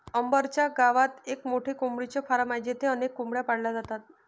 अंबर च्या गावात एक मोठे कोंबडीचे फार्म आहे जिथे अनेक कोंबड्या पाळल्या जातात